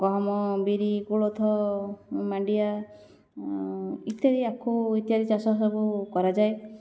ଗହମ ବିରି କୋଳଥ ମାଣ୍ଡିଆ ଇତ୍ୟାଦି ଆକୁ ଇତ୍ୟାଦି ଚାଷ ସବୁ କରାଯାଏ